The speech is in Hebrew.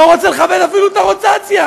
לא רוצה לכבד אפילו את הרוטציה,